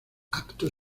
acto